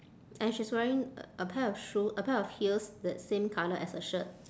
and she's wearing a pair of shoe a pair of heels that same colour as her shirt